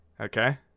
Okay